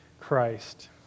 Christ